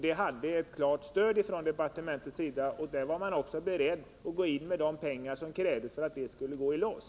Det hade klart stöd från departementets sida, och där var man också beredd att gå in med de pengar som krävdes för att projektet skulle gå i lås.